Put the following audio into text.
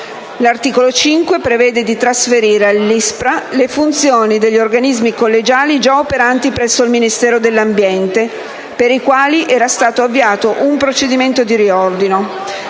L'articolo 5 prevede di trasferire all'ISPRA le funzioni degli organismi collegiali già operanti presso il Ministero dell'ambiente, per i quali era stato avviato un procedimento di riordino.